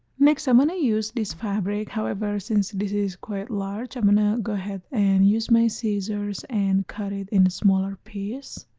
next i'm gonna use this fabric however since this is quite large i'm gonna go ahead and use my scissors and cut it in smaller piece